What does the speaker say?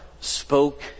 spoke